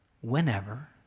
whenever